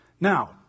Now